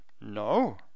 No